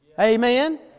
Amen